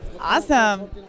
Awesome